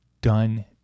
done